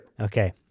Okay